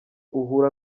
uhura